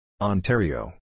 Ontario